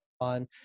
on